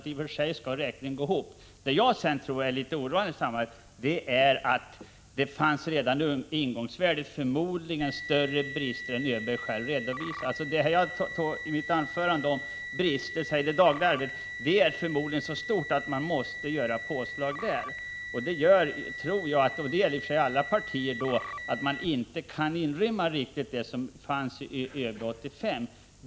I och för sig skall just de posterna säkerligen gå ihop. Vad jag sedan tycker är litet oroande i sammanhanget är att det redan i ingångsvärdet förmodligen fanns större brister än ÖB själv redovisar. De brister i det dagliga arbetet som jag talade om i mitt anförande är förmodligen så stora att man måste göra påslag i det sammanhanget. Det gör att man kanske inte riktigt kan inrymma det som fanns i ÖB 85 — och det gäller i och för sig alla partier.